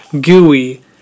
gooey